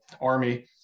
army